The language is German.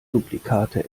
duplikate